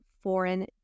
foreign